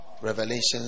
Revelations